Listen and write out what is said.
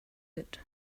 good